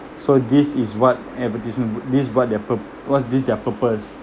so this is what advertisement this is what their pur~ what's this their purpose